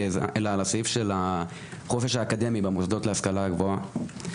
אלא על הסעיף של החופש האקדמי במוסדות להשכלה גבוהה.